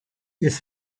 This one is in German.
des